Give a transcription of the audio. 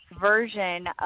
version